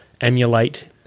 emulate